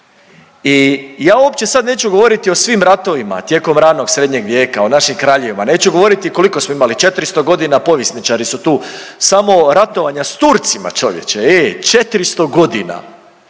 I ja uopće sad neću govoriti o svim ratovima tijekom ranog srednjeg vijeka, o našim kraljevima, neću govoriti koliko smo imali 400 godina povjesničari su tu. Samo ratovanja sa Turcima čovječe, ejjj 400 godina.